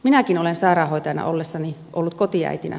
minäkin olen sairaanhoitajana ollessani ollut kotiäitinä